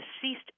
Deceased